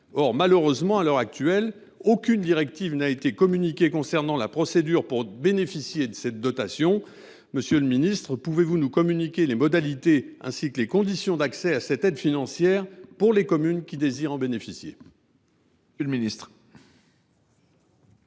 Or, malheureusement, à l’heure actuelle, aucune directive n’a été communiquée concernant la procédure pour bénéficier de cette dotation. Le Gouvernement peut il nous communiquer les modalités, ainsi que les conditions d’accès à cette aide financière pour les communes qui désirent en bénéficier ? La parole est